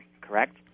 correct